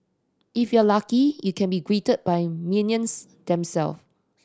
if you're lucky you can be greeted by minions themself